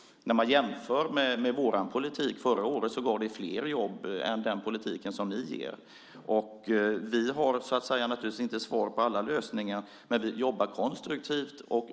Jämfört med vår politik förra året gav vår politik fler jobb än den politik ni för. Vi har naturligtvis inte svar på alla frågor, men vi jobbar konstruktivt.